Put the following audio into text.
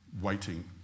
Waiting